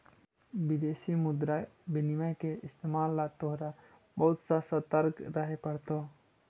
विदेशी मुद्रा विनिमय के इस्तेमाल ला तोहरा बहुत ससतर्क रहे पड़तो